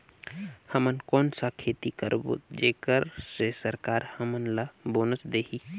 हमन कौन का खेती करबो जेकर से सरकार हमन ला बोनस देही?